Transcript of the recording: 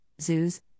zoos